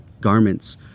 garments